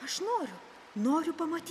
aš noriu noriu pamatyti